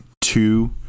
two